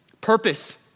Purpose